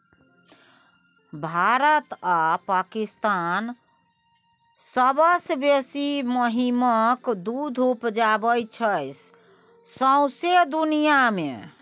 भारत आ पाकिस्तान सबसँ बेसी महिषक दुध उपजाबै छै सौंसे दुनियाँ मे